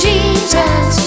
Jesus